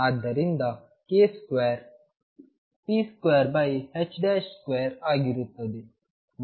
ಆದ್ದರಿಂದ k2 p22 ಆಗಿರುತ್ತದೆ